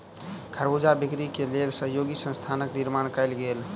खरबूजा बिक्री के लेल सहयोगी संस्थानक निर्माण कयल गेल